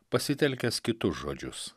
pasitelkęs kitus žodžius